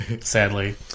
sadly